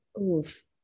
Oof